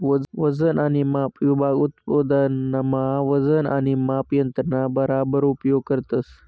वजन आणि माप विभाग उत्पादन मा वजन आणि माप यंत्रणा बराबर उपयोग करतस